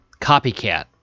copycat